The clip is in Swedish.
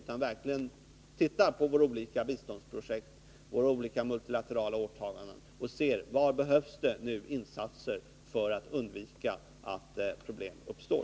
De måste granska våra olika biståndsprojekt och våra olika multilaterala åtaganden och se efter var det behövs insatser för att undvika att problem uppstår.